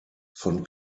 von